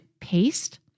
paste